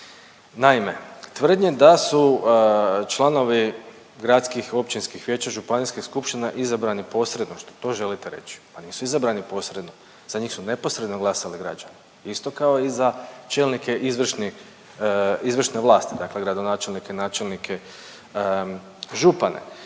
izabrani posredno, što to želite reći? Pa nisu izabrani posredno. Za njih su neposredno glasali građani, isto tako i za čelnike izvršne vlasti, dakle gradonačelnike, načelnike, župane.